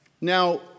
Now